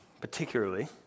particularly